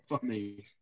funny